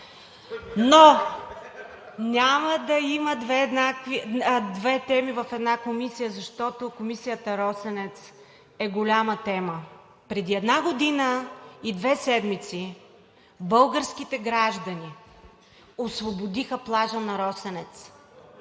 Но няма да има две цели в една комисия, защото комисията „Росенец“ е голяма тема. Преди една година и две седмици българските граждани освободиха плажа на „Росенец“,